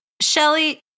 Shelly